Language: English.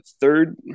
third